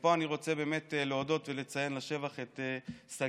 ופה אני רוצה באמת להודות ולציין לשבח את שגית,